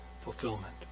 fulfillment